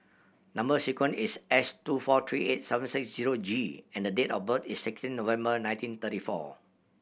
number sequence is S two four three eight seven six zero G and the date of birth is sixteen November nineteen thirty four